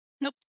Nope